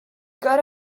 got